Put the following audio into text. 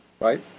right